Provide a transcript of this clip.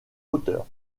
hauteur